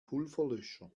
pulverlöscher